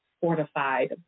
Fortified